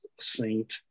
saint